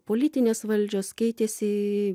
politinės valdžios keitėsi